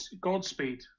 Godspeed